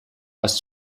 was